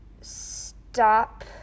stop